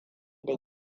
da